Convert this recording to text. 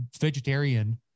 vegetarian